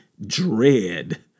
dread